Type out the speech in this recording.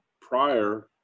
prior